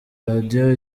radio